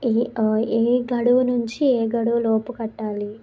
ఏ ఏ గడువు నుంచి ఏ గడువు లోపు కట్టాలి